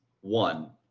One